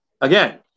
again